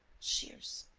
shears.